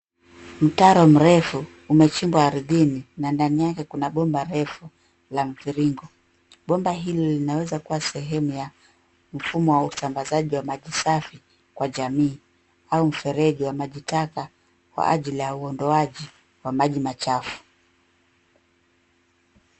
Mtaro mrefu umechimbwa ardhini na ndani yake kuna bomba refu la mviringo. Bomba hili linaweza kuwa sehemu ya mfumo wa usambazaji wa maji safi kwa jamii au mfereji wa majitaka kwa ajili ya uondoaji wa maji machafu.